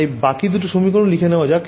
তাই বাকি দুটো সমীকরণ লিখে নেওয়া যাক